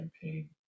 campaign